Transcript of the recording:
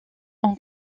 ont